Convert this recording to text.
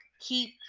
Keep